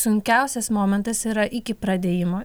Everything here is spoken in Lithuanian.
sunkiausias momentas yra iki pradėjimo